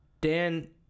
Dan